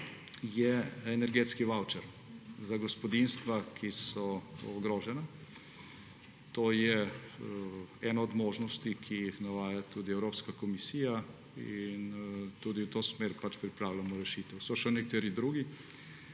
je energetski vavčer za gospodinjstva, ki so ogrožena. To je ena od možnosti, ki jih navaja tudi Evropska komisija. Tudi v to smer pripravljamo rešitev. So še nekateri drugi,